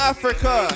Africa